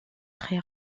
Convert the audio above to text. très